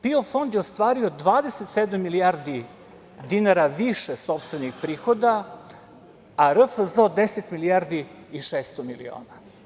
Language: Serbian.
PIO fond je ostvario 27 milijardi dinara više sopstvenih prihoda, a RFZO 10 milijardi i 600 miliona.